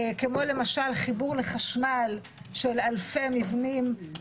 כמו למשל חיבור לחשמל של אלפי מבנים ערבים